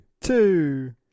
Two